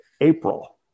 April